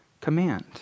command